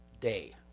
day